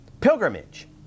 pilgrimage